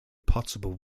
potable